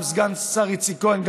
סגן השר איציק כהן,